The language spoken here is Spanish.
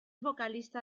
vocalista